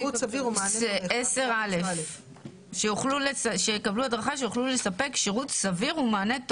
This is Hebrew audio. לתת להם שירות סביר ומענה לפעי סעיף 10(א).